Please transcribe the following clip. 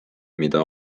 mida